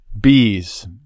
Bees